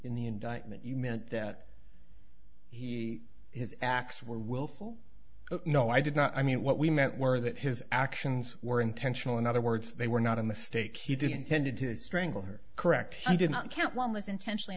in the indictment you meant that he his acts were willful no i did not i mean what we meant were that his actions were intentional in other words they were not in the state he didn't tended to strangle her correct i did not count one was intentional